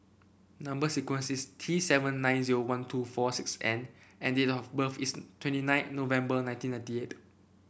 number sequence is T seven nine zero one two four six N and date of birth is twenty nine November nineteen ninety eight